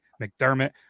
McDermott